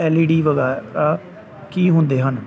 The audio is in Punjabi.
ਐਲ ਈ ਡੀ ਵਗੈਰਾ ਕੀ ਹੁੰਦੇ ਹਨ